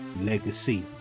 legacy